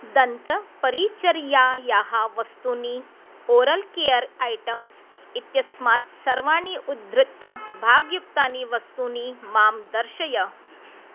दन्तपरिचर्यायाः वस्तूनि oral care items इत्यस्मात् सर्वाणि उद्धृतभाग्युक्तानि वस्तूनि मां दर्शय